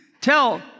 tell